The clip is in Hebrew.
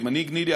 כמנהיג ניל"י,